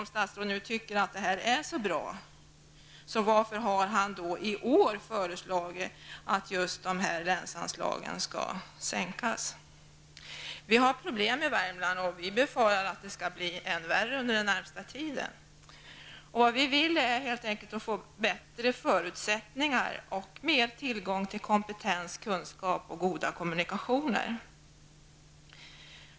Om statsrådet nu anser att det är så bra, undrar jag varför han i år har föreslagit att just dessa länsanslag skall sänkas. Vi har problem i Värmland, och vi befarar att de skall bli än värre under den närmaste tiden. Vi vill helt enkelt få bättre förutsättningar och mer tillgång till kompetens, kunskap och goda kommunikationer.